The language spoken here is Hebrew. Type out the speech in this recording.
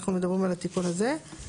אנחנו מדברים על התיקון הזה.